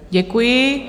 Děkuji.